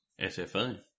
SFA